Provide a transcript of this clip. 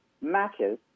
matches